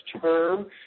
term